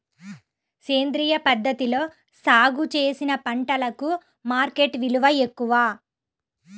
సేంద్రియ పద్ధతిలో సాగు చేసిన పంటలకు మార్కెట్ విలువ ఎక్కువ